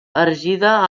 erigida